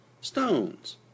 Stones